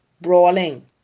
brawling